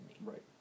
Right